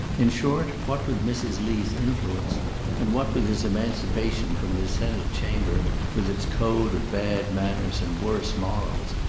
in short, what with mrs. lee's influence and what with his emancipation from the senate chamber with its code of bad manners and worse morals,